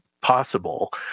possible